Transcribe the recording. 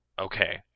Okay